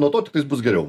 nuo to tiktais bus geriau